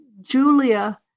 Julia